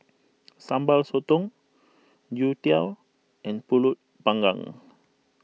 Sambal Sotong Youtiao and Pulut Panggang